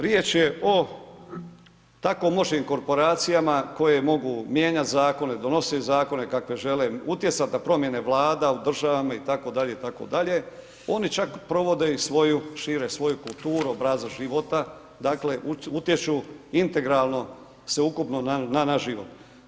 Riječ je o tako moćnim korporacijama koje mogu mijenjat Zakone, donosit Zakone kakve žele, utjecat na promijene Vlada u državama i tako dalje, i tako dalje, oni čak provode i svoju, šire svoju kulturu, obrazac života, dakle utječu integralno, sveukupno na naš život.